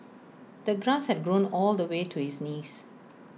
the grass had grown all the way to his knees